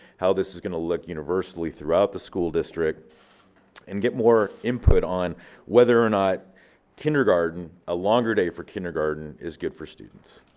how this is gonna look universally throughout the school district and get more input on whether or not kindergarten, a longer day for kindergarten is good for students.